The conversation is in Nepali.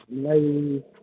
हामीलाई